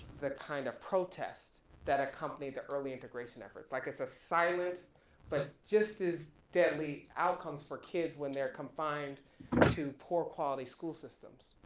the kind of protest that accompanied the early integration efforts. like it's a silent but just as deadly outcomes for kids when they're confined to poor quality school systems.